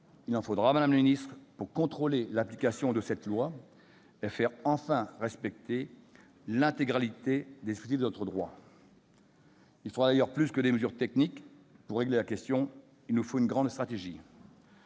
en faudra, madame la ministre, pour contrôler l'application de cette loi et faire enfin respecter l'intégralité des dispositions de notre droit. Il faudra d'ailleurs plus que des mesures techniques pour régler la question, nous devrons avoir une grande stratégie.